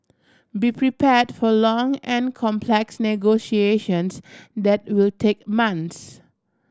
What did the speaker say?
be prepared for long and complex negotiations that will take months